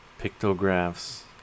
pictographs